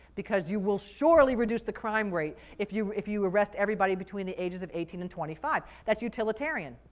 because you will surely reduce the crime rate if you, if you arrest everybody between the ages of eighteen and twenty five. that's utilitarian.